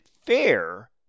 fair